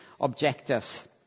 objectives